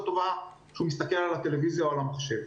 טובה שהוא מסתכל על הטלוויזיה או על המחשב.